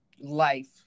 life